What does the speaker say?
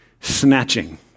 snatching